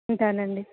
ఉంటాణు అండి